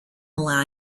allow